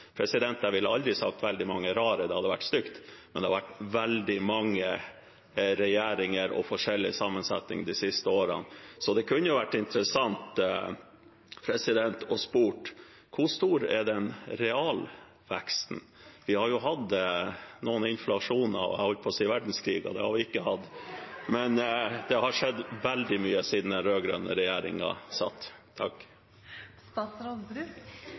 Jeg ville aldri sagt veldig mange rare, det hadde vært stygt, men det har vært veldig mange regjeringer med forskjellig sammensetning de siste årene, så det kunne vært interessant å spørre: Hvor stor er den realveksten? Vi har jo hatt noen inflasjoner og jeg holdt på å si verdenskriger – det har vi ikke hatt – men det har skjedd veldig mye siden den rød-grønne regjeringen satt.